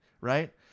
right